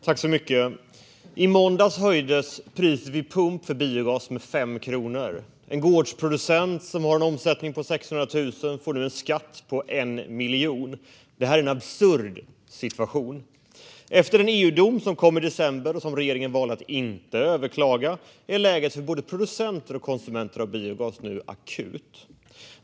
Herr talman! I måndags höjdes priset vid pump med 5 kronor för biogas. En gårdsproducent som har en omsättning på 600 000 får nu en skatt på 1 miljon. Det är en absurd situation. Efter en EU-dom som kom i december och som regeringen valde att inte överklaga är läget för både producenter och konsumenter av biogas akut.